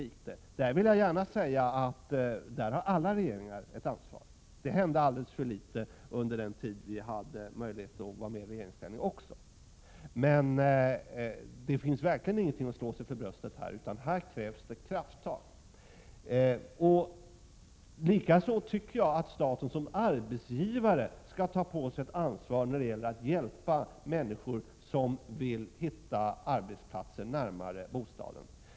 Men jag vill gärna säga att alla regeringar har ett ansvar därvidlag. Det hände alldeles för litet också under den tid då vi hade möjlighet att vara med i regeringsställning. Det finns verkligen ingen anledning att slå sig för bröstet. Här krävs det krafttag. Likaså tycker jag att staten som arbetsgivare skall ta på sig ett ansvar när det gäller att hjälpa människor som vill hitta arbetsplatser närmare bostaden.